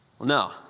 No